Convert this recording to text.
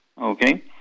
Okay